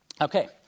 Okay